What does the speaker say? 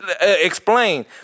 Explain